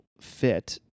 fit